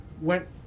went